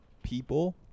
people